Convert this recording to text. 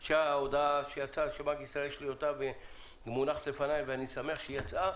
ההודעה של בנק ישראל הוציא מונחת לפניי ואני שמח שהיא יצאה,